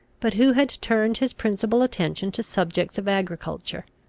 but who had turned his principal attention to subjects of agriculture.